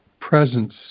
presence